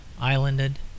islanded